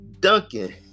Duncan